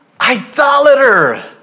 Idolater